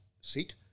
seat